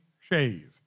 shave